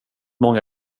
många